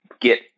get